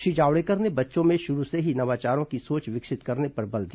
श्री जावड़ेकर ने बच्चों में शुरू से ही नवाचारों की सोच विकसित करने पर बल दिया